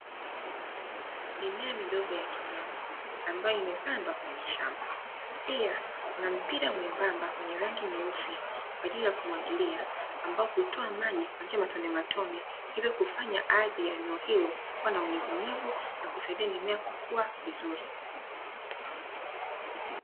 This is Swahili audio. Mimea midogo ya kijani ambayo imepangwa kwenye shamba pia kuna mpira mwembamba wenye rangi nyeusi kwa ajili ya kumwagilia, ambayo hutoa maji matonematone hivyo kufanya ardhi ya eneo hilo kuwa na unyevunyevu na kusaidia mimea kukua vizuri.